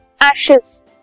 ashes